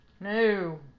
No